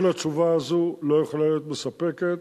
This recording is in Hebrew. כל התשובה הזו לא יכולה להיות מספקת.